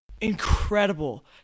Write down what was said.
Incredible